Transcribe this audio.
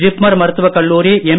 ஜிப்மர் மருத்துவக் கல்லூரி எம்